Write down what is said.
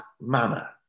manner